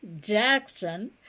Jackson